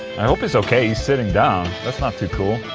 i hope he's okay, he's sitting down. that's not too cool.